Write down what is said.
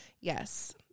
Yes